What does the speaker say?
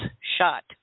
shot